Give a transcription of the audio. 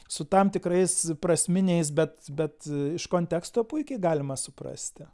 su tam tikrais prasminiais bet bet iš konteksto puikiai galima suprasti